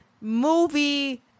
movie